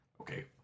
okay